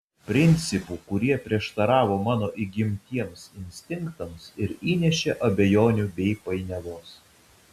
principų kurie prieštaravo mano įgimtiems instinktams ir įnešė abejonių bei painiavos